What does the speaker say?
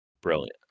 Brilliant